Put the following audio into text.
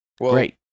Great